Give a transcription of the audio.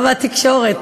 לא התקשורת.